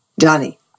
Johnny